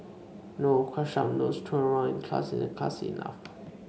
no crushed up notes thrown around in class isn't classy enough